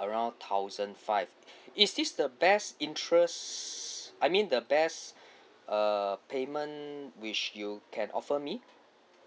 around thousand five is this the best interest I mean the best uh payment which you can offer me